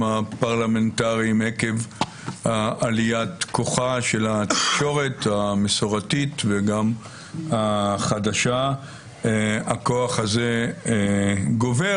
עקב עליית כוחה של התקשורת המסורתית וגם החדשה הכוח הזה גובר